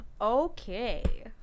Okay